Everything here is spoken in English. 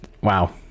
wow